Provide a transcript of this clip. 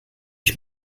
ich